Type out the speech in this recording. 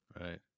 Right